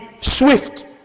swift